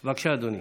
בבקשה, אדוני,